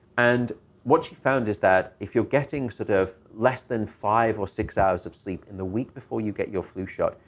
and what she found is that if you're getting sort of less than five or six hours of sleep in the week before you get your flu shot,